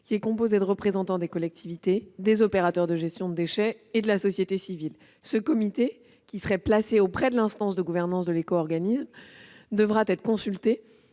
un comité composé de représentants des collectivités, des opérateurs de gestion de déchets et de la société civile. Ce comité, qui serait placé auprès de l'instance de gouvernance de l'éco-organisme, devra être consulté